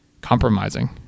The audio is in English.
compromising